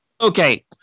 Okay